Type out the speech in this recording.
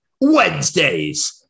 Wednesdays